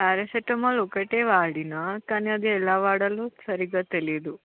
paracetamol ఒకటే వాడినా కానీ అది ఎలా వాడాలో సరిగ్గా తెలియదు